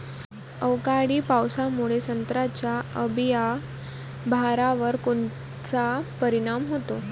अवकाळी पावसामुळे संत्र्याच्या अंबीया बहारावर कोनचा परिणाम होतो?